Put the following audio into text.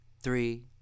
three